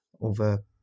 over